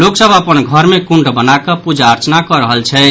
लोक सभ अपन घर मे कुण्ड बना कऽ पूजा अर्चना कऽ रहल छथि